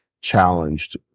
challenged